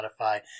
Spotify